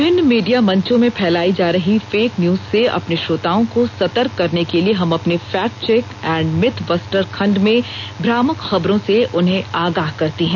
विभिन्न मीडिया मंचों में फैलाई जा रही फेक न्यूज से अपने श्रोताओं को सतर्क करने के लिए हम अपने fact check and myth buster खंड मे भ्रामक खबरों से उन्हें आगाह करते हैं